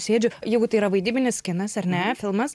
sėdžiu jeigu tai yra vaidybinis kinas ar ne filmas